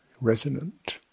resonant